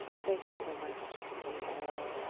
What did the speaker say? thank you so much, trustee otto.